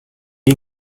gli